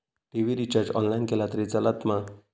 TV recharge online केला तरी चलात मा?